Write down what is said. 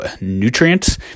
nutrients